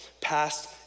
past